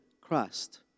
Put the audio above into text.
Christ